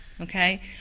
Okay